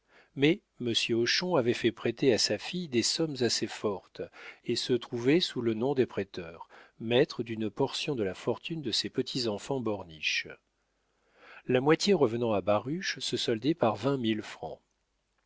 mais monsieur hochon avait fait prêter à sa fille des sommes assez fortes et se trouvait sous le nom des prêteurs maître d'une portion de la fortune de ses petits-enfants borniche la moitié revenant à baruch se soldait par vingt mille francs